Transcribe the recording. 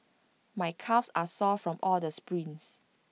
my calves are sore from all the sprints